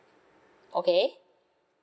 okay